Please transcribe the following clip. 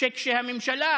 כשהממשלה